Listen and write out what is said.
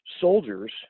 soldiers